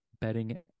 betting